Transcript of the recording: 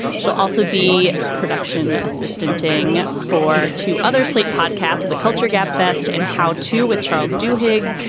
she'll also be production assistant thing for two other slate podcasts the culture gap fest and how to with charles du hig.